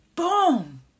Boom